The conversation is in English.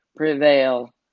prevail